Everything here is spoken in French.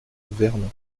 vernon